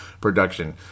production